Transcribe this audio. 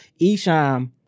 Esham